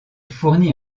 fournit